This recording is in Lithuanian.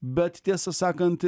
bet tiesą sakant